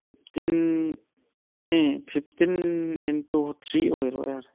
fifteen a fifteen into three ꯑꯣꯏꯔꯣ ꯌꯥꯔꯦ